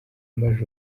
maj